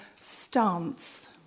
stance